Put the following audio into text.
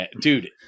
Dude